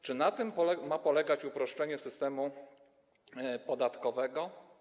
Czy na tym ma polegać uproszczenie systemu podatkowego?